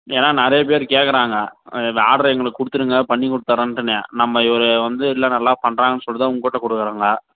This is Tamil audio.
ஏன்னால் நிறைய பேர் கேட்கறாங்க ஆர்டரை எங்களுக்கு கொடுத்துருங்க பண்ணிக் கொடுத்தட்றேன்ட்டு நே நம்ம இவர் வந்து இல்லை நல்லா பண்ணுறாங்கன் சொல்லிட்டு தான் உன்கிட்ட கொடுக்கறாங்க